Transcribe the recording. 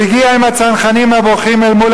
הוא הגיע עם הצנחנים הבוכים אל מול